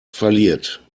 verliert